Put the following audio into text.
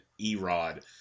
Erod